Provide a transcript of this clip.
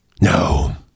No